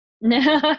no